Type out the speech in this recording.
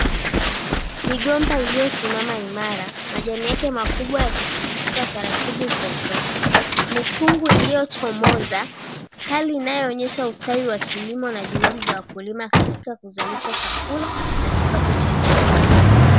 Migomba iliyo simama imara, majani yake makubwa yakitikisika taratibu kwa upepo na mikungu iliyochomoza, hali inaonesha ustawi wa kilimo na juhudi za wakulima katika kuzalisha chakula na kiapato cha jamii